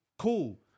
cool